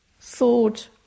thought